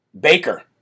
Baker